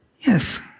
Yes